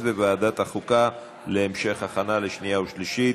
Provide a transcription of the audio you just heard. וועדת החוקה להמשך הכנה לשנייה ושלישית.